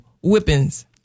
whippings